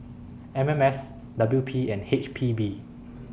M M S W P and H P B